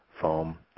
foam